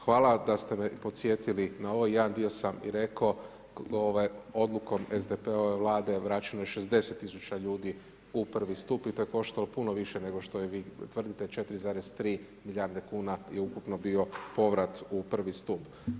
Hvala da ste me podsjetili na ovo, jedan dio sam i rekao odlukom SDP-ove vlade vraćeno je 60 000 ljudi u I. stup i to je koštalo puno više nego što vi tvrdite, 4,3 milijarde kuna je ukupno bio povrat u I. stup.